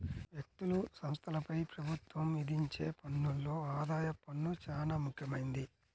వ్యక్తులు, సంస్థలపై ప్రభుత్వం విధించే పన్నుల్లో ఆదాయపు పన్ను చానా ముఖ్యమైంది